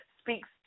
speaks